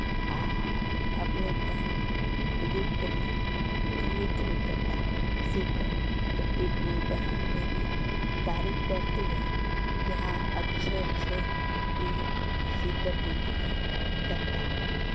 आ अपने बहन को गिफ्ट में दिए थे कपड़ा सिल कर तो बहन मेरी तारीफ करती है कि हाँ अच्छे अच्छे ये सिल कर देती है कपड़ा